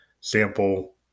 sample